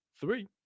three